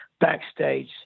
backstage